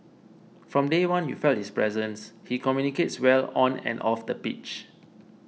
from day one you felt his presence he communicates well on and off the pitch